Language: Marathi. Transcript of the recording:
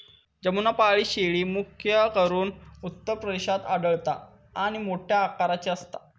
जमुनापारी शेळी, मुख्य करून उत्तर प्रदेशात आढळता आणि मोठ्या आकाराची असता